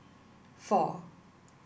four